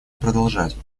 продолжать